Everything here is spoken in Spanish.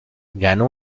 ganó